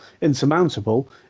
insurmountable